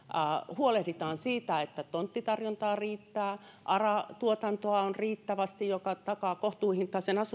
huolehditaan siitä että tonttitarjontaa riittää on riittävästi ara tuotantoa joka takaa kohtuuhintaisen